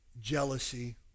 jealousy